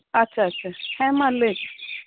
ᱟᱪᱪᱷᱟ ᱟᱪᱪᱷᱟ ᱦᱮᱸ ᱞᱟᱹᱭ ᱢᱮ